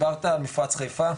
דיברת על מפרץ חיפה,